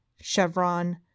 Chevron